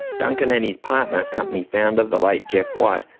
duncan and his partner, company founder the late geoff white,